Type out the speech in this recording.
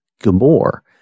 Gabor